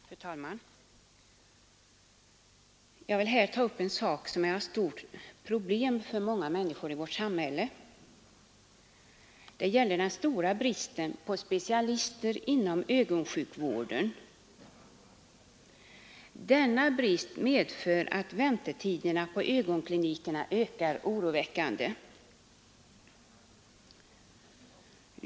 Fru talman! Jag vill här ta upp en sak som är ett stort problem för många människor i vårt samhälle. Det gäller den stora bristen på specialister inom ögonsjukvården. Denna brist medför att väntetiderna på ögonklinikerna ökar oroväckande.